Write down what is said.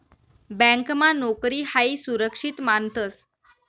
ब्यांकमा नोकरी हायी सुरक्षित मानतंस